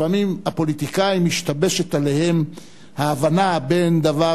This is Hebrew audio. לפעמים הפוליטיקאים משתבשת עליהם ההבנה בין דבר